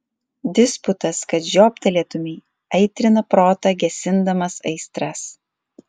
disputas kad žioptelėtumei aitrina protą gesindamas aistras